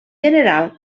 general